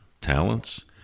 talents